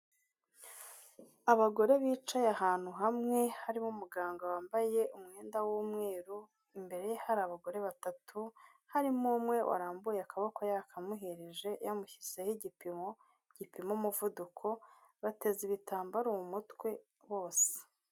Abagore bicaye ahantu hamwe harimo umuganga wambaye umwenda w'umweru, imbere ye hari abagore batatu, harimo umwe warambuye akaboko yakamuhereje yamushyizeho igipimo gipima umuvuduko, bateze ibitambaro mu mutwe bose.